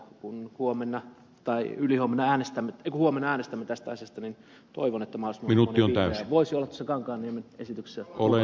kun huomenna tai yli on äänestänyt huomenna äänestämme tästä asiasta niin toivon että mahdollisimman moni vihreä voisi olla tässä ed